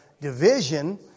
division